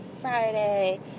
Friday